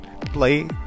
play